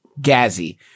gazzy